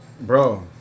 Bro